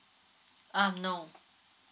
um no